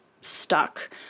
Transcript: stuck